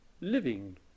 living